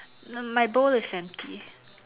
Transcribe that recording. no my bowl is empty